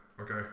Okay